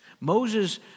Moses